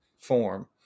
form